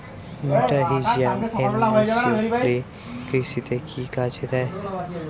মেটাহিজিয়াম anisopliae কৃষিতে কি কাজে দেয়?